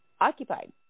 occupied